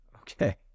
Okay